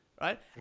right